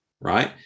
right